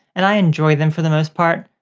and i enjoy them for the most part.